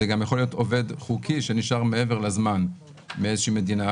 זה גם יכול להיות עובד חוקי שנשאר מעבר לזמן מאיזושהי מדינה,